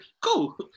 Cool